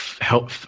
help